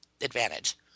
advantage